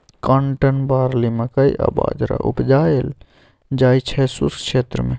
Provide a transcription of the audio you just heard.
cotton, barley, मकइ आ बजरा उपजाएल जाइ छै शुष्क क्षेत्र मे